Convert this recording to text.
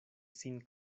sin